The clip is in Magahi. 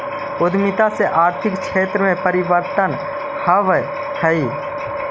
उद्यमिता से आर्थिक क्षेत्र में परिवर्तन आवऽ हई